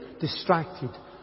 distracted